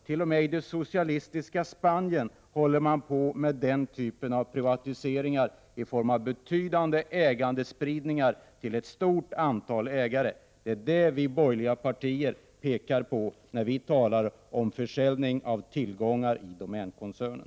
T.o.m. i det socialistiska Spanien håller man på med den typen av privatiseringar med en betydande ägandespridning till ett stort antal ägare. Det är det vi i de tre borgerliga partierna har i åtanke när vi talar om försäljning av tillgångar i domänkoncernen.